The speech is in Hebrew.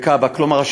כלומר,